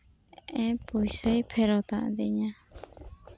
ᱟᱪ ᱯᱚᱭᱥᱟᱭ ᱯᱷᱮᱨᱚᱛ ᱟᱹᱫᱤᱧᱟ